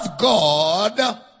god